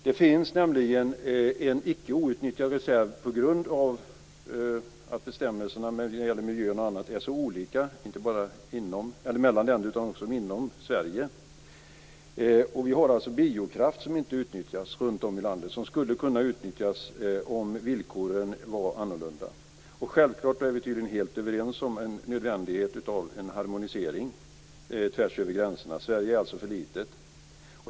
Det finns nämligen en icke utnyttjad reserv på grund av att bestämmelserna när det gäller miljön och annat är så olika, inte bara mellan länder utan också inom Sverige. Vi har biokraft som inte utnyttjas runt om i landet men som skulle kunna utnyttjas om villkoren var annorlunda. Självklart, och detta är vi tydligen helt överens om, är det nödvändigt med en harmonisering tvärsöver gränserna. Sverige är alltså för litet.